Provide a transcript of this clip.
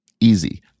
Easy